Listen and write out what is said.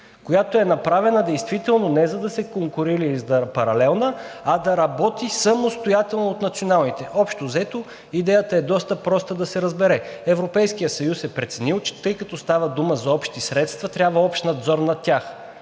която е направена действително не за да се конкурира или да е паралелна, а да работи самостоятелно от националните. Общо взето идеята е доста проста да се разбере. Европейският съюз е преценил, че тъй като става дума за общи средства, трябва общ надзор над тях,